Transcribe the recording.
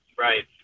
Right